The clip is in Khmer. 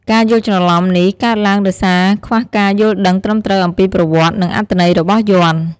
ការយល់ច្រឡំនេះកើតឡើងដោយសារខ្វះការយល់ដឹងត្រឹមត្រូវអំពីប្រវត្តិ និងអត្ថន័យរបស់យ័ន្ត។